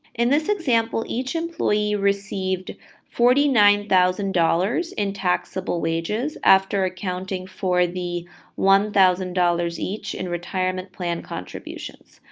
in this example, each employee received forty nine thousand dollars in taxable wages after accounting for the one thousand dollars each in retirement plan contributions.